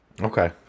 Okay